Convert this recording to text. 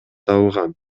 табылган